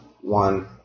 one